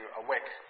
awake